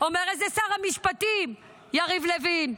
אומר את זה שר המשפטים יריב לוין.